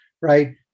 right